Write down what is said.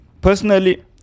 Personally